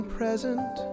present